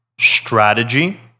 strategy